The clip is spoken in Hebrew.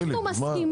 אנחנו מסכימים.